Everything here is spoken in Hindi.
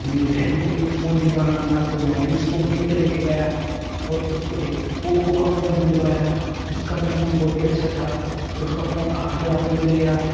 मेरी बहन को भी फोन दिलवाना था तो मैं भी उसको वहीं पर ले के गया और उसको एक ओप्पो का फोन दिलवाया उसका फोन भी बहुत अच्छा था उसका फोन आठ हजार में मिल गया